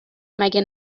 مگه